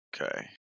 Okay